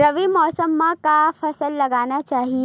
रबी मौसम म का फसल लगाना चहिए?